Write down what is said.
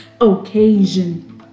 occasion